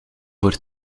voor